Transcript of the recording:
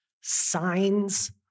Signs